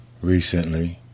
recently